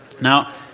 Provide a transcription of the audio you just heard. Now